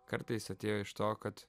kartais atėjo iš to kad